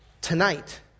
tonight